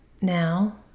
now